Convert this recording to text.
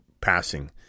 passing